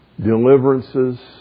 deliverances